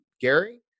Gary